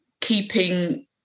keeping